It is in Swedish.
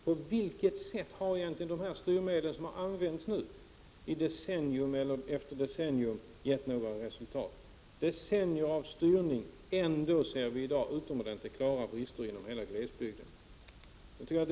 På vilket sätt, Bo Holmberg, har egentligen de här styrmedlen, som nu har använts decennium Specialiseringsefter decennium, gett några resultat? Det har alltså varit decennier av styr Yänsigöring för läkare ning, och ändå ser vi i dag utomordentligt klara brister inom hela glesbygden.